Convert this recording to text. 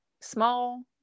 small